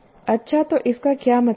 अच्छा तो इसका क्या मतलब है